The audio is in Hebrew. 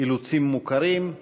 אילוצים מוכרים.